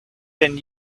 than